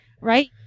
Right